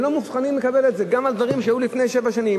והם לא מוכנים לקבל את זה גם על דברים שהיו לפני שבע שנים.